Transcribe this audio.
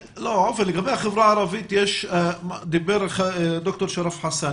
עופר, לגבי החברה הערבית, דיבר ד"ר שראף חסן.